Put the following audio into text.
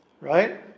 right